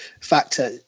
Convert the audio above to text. factor